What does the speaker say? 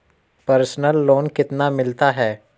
Personal loan कितना मिलता है?